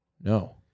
No